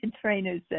trainers